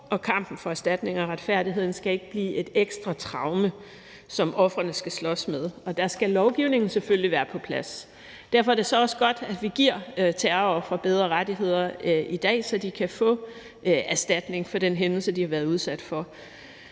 og kampen for erstatning og retfærdighed skal ikke blive et ekstra traume, som ofrene skal slås med. Der skal lovgivningen selvfølgelig være på plads. Derfor er det så også godt, at vi giver terrorofre bedre rettigheder i dag, så de kan få erstatning for den hændelse, de har været udsat for.